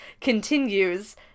continues